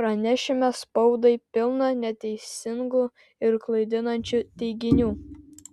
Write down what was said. pranešime spaudai pilna neteisingų ir klaidinančių teiginių